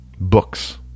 books